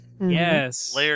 Yes